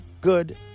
good